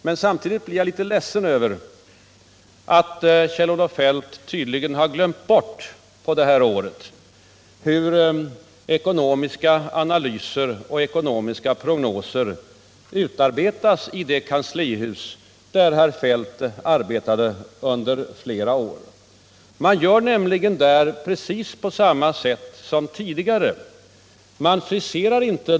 Men samtidigt blir jag litet ledsen över att Kjell-Olof Feldt under det här gångna året tydligen glömt bort hur ekonomiska analyser och prognoser utarbetas i det kanslihus där herr Feldt arbetade under flera år. Vi gör nämligen nu precis på samma sätt som man gjorde tidigare.